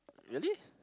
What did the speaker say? really